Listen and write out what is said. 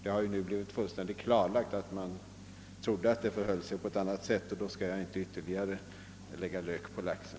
Det har ju nu blivit fullständigt klarlagt att man trodde ait det förhöll sig på ett annat sätt än det i själva verket gör, och då skall jag inte lägga lök på laxen.